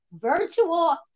Virtual